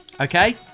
Okay